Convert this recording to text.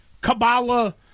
Kabbalah